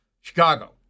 Chicago